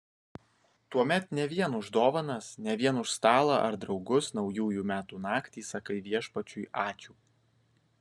tuomet ne vien už dovanas ne vien už stalą ar draugus naujųjų metų naktį sakai viešpačiui ačiū